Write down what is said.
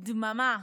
דממה,